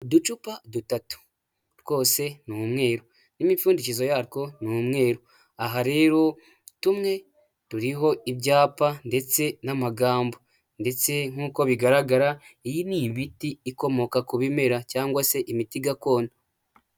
Uducupa dutatu twose ni umweru n'imipfundikizo yatwo ni umweru. Aha rero tumwe turiho ibyapa ndetse n'amagambo ndetse nk'uko bigaragara, iyi ni imiti ikomoka ku bimera cyangwa se imiti gakondo.